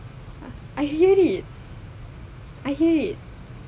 I hate it I hate it